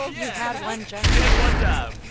yeah had one job you had one job.